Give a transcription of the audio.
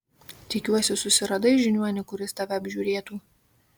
tikiuosi susiradai žiniuonį kuris tave apžiūrėtų